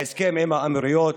ההסכם עם האמירויות,